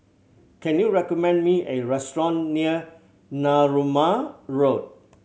can you recommend me a restaurant near Narooma Road